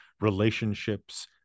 relationships